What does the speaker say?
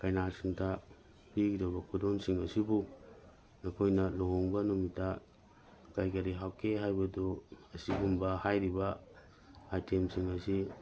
ꯀꯩꯅꯥꯁꯤꯡꯗ ꯄꯤꯒꯗꯕ ꯈꯨꯗꯣꯟꯁꯤꯡ ꯑꯁꯤꯕꯨ ꯃꯈꯣꯏꯅ ꯂꯨꯍꯣꯡꯕ ꯅꯨꯃꯤꯠꯇ ꯀꯔꯤ ꯀꯔꯤ ꯍꯥꯞꯀꯦ ꯍꯥꯏꯕꯗꯨ ꯑꯁꯤꯒꯨꯝꯕ ꯍꯥꯏꯔꯤꯕ ꯑꯥꯏꯇꯦꯝꯁꯤꯡ ꯑꯁꯤ